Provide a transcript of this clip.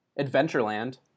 Adventureland